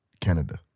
Canada